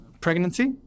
pregnancy